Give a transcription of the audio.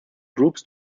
groups